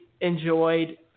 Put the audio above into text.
enjoyed